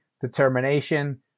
determination